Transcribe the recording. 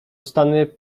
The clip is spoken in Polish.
stany